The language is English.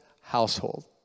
household